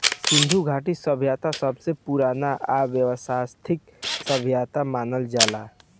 सिन्धु घाटी सभ्यता सबसे पुरान आ वयवस्थित सभ्यता मानल जाला